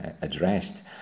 addressed